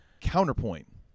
counterpoint